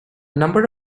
number